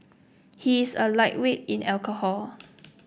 he is a lightweight in alcohol